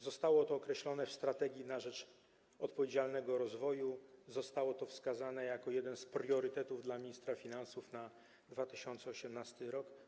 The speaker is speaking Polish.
Zostało to określone w „Strategii na rzecz odpowiedzialnego rozwoju”, i wskazane jako jeden z priorytetów dla ministra finansów na 2018 r.